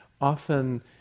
Often